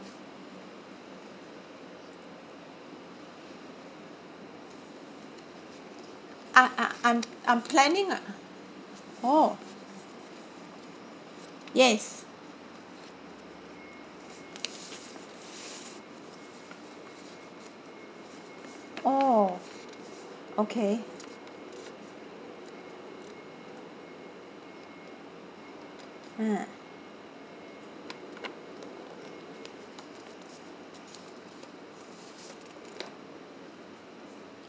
ah ah I'm I'm planning a orh yes orh okay ah